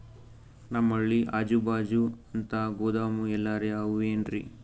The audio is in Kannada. ನಮ್ ಹಳ್ಳಿ ಅಜುಬಾಜು ಅಂತ ಗೋದಾಮ ಎಲ್ಲರೆ ಅವೇನ್ರಿ?